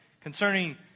concerning